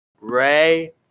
Ray